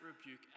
rebuke